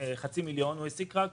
החצי מיליון הוא העסיק רק